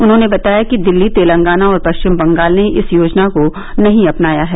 उन्होंने बताया कि दिल्ली तेलंगाना और पश्चिम बंगाल ने इस योजना को नहीं अपनाया है